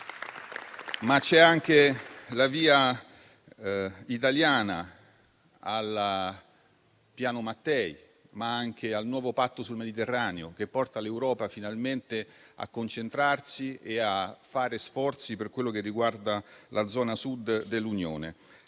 Ci sono poi la via italiana del Piano Mattei e il nuovo patto sul Mediterraneo, che porta l'Europa finalmente a concentrarsi e a fare sforzi per quello che riguarda la zona Sud dell'Unione.